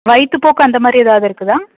வயிற்று போக்கு அந்தமாதிரி ஏதாவது இருக்குதுதா